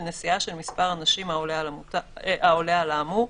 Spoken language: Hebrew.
בנסיעה של מספר אנשים העולה על האמור.